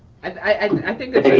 i think that's